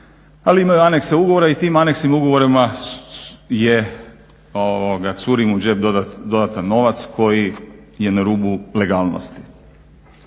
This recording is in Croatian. Ali imaju anekse ugovora i tim aneksom ugovora je, curi mu u džep dodatni novac koji je na rubu legalnosti.